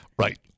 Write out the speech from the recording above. Right